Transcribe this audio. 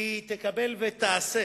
היא תקבל ותעשה